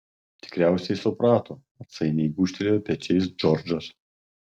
tikriausiai suprato atsainiai gūžtelėjo pečiais džordžas